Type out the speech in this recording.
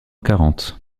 quarante